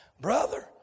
Brother